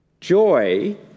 Joy